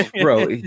bro